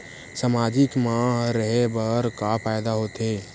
सामाजिक मा रहे बार का फ़ायदा होथे?